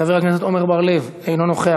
חבר הכנסת עמר בר-לב, אינו נוכח.